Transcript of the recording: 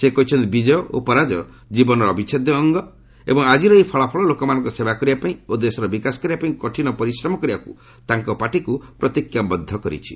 ସେ କହିଛନ୍ତି ବିଜୟ ଓ ପରାଜୟ ଜୀବନର ଅବିଚ୍ଛେଦ୍ୟ ଅଙ୍ଗ ଏବଂ ଆଜିର ଏହି ଫଳାଫଳ ଲୋକମାନଙ୍କ ସେବା କରିବା ପାଇଁ ଓ ଦେଶର ବିକାଶ ପାଇଁ କଠିନ ପରିଶ୍ରମ କରିବାକୁ ତାଙ୍କ ପାର୍ଟିକୁ ପ୍ରତିଜ୍ଞାବଦ୍ଧ କରିଛି